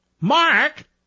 Mark